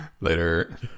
later